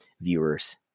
viewers